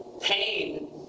Pain